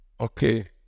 Okay